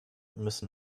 müssen